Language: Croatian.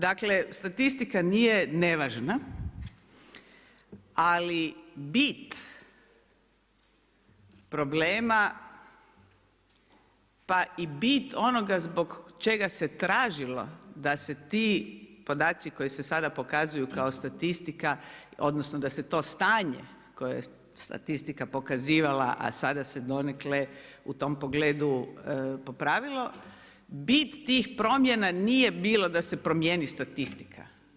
Dakle, statistika nije nevažna, ali bit problema pa i bit onoga zbog čega se tražilo da se ti podaci koji se sada pokazuju kao statistika, odnosno da se to stanje koje je statistika pokazivala, a sada se donekle u tom pogledu popravilo bit tih promjena nije bilo da se promijeni statistika.